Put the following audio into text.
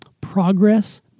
progress